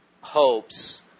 hopes